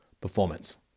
performance